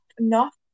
enough